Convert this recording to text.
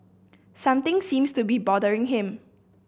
something seems to be bothering him